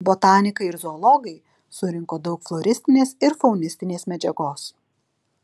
botanikai ir zoologai surinko daug floristinės ir faunistinės medžiagos